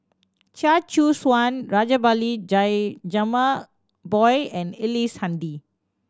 Chia Choo Suan Rajabali Jumabhoy and Ellice Handy